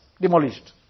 Demolished